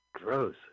Gross